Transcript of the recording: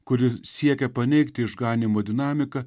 kuri siekia paneigti išganymo dinamiką